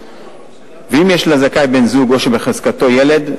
ואם יש לזכאי בן-זוג או שבחזקתו ילד,